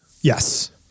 Yes